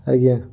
ଆଜ୍ଞା